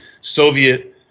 Soviet